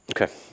Okay